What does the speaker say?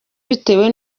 bitewe